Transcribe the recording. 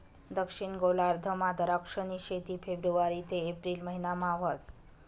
दक्षिण गोलार्धमा दराक्षनी शेती फेब्रुवारी ते एप्रिल महिनामा व्हस